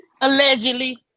Allegedly